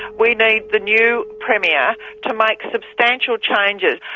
we need the new premier to make substantial changes,